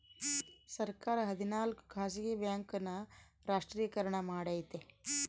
ಸರ್ಕಾರ ಹದಿನಾಲ್ಕು ಖಾಸಗಿ ಬ್ಯಾಂಕ್ ನ ರಾಷ್ಟ್ರೀಕರಣ ಮಾಡೈತಿ